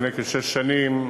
לפני כשש שנים,